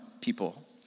people